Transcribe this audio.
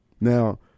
Now